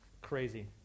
crazy